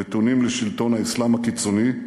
נתונים לשלטון האסלאם הקיצוני,